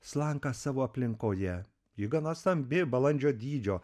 slanka savo aplinkoje jų gana stambi balandžio dydžio